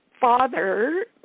father